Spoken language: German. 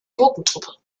gurkentruppe